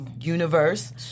universe